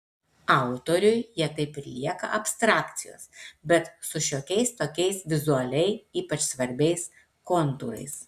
autoriui jie taip ir lieka abstrakcijos bet su šiokiais tokiais vizualiai ypač svarbiais kontūrais